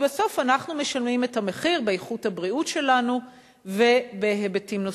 כי בסוף אנחנו משלמים את המחיר באיכות הבריאות שלנו ובהיבטים נוספים.